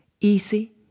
easy